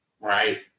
right